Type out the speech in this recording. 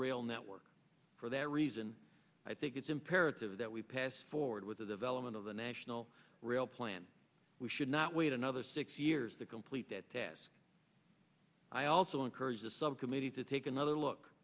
rail network for that reason i think it's imperative that we pass forward with the development of the national rail plan we should not wait another six years to complete that task i also encourage the subcommittee to take another look